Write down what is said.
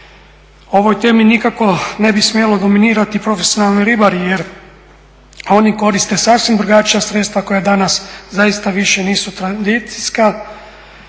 Ovoj temi nikako ne bi smjeli dominirati profesionalni ribari jer oni koriste sasvim drugačija sredstva koja danas zaista više nisu tradicijska.